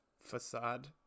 facade